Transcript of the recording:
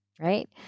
right